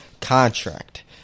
contract